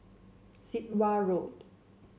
Sit Wah Road